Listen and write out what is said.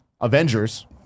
Avengers